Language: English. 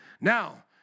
Now